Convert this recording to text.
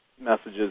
messages